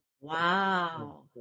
Wow